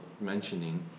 mentioning